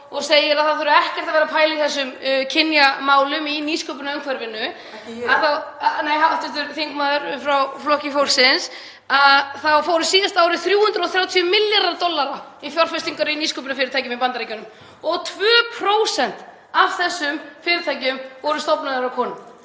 og segir að það þurfi ekkert að vera að pæla í þessum kynjamálum í nýsköpunarumhverfinu, (ÞKG: Ekki ég.) — nei, hv. þingmaður frá Flokki fólksins — þá fóru á síðasta ári 330 milljarðar dollara í fjárfestingar í nýsköpunarfyrirtækjum í Bandaríkjunum og 2% af þessum fyrirtækjum voru stofnuð af konum.